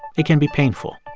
it can be painful.